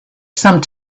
some